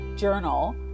journal